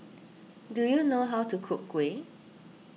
do you know how to cook Kuih